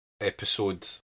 episode